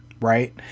right